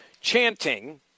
chanting